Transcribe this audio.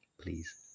Please